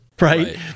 right